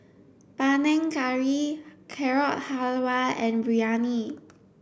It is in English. Panang Curry Carrot Halwa and Biryani